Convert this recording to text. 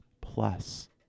plus